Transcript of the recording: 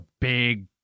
big